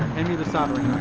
the soldering